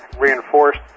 reinforced